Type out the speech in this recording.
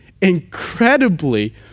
incredibly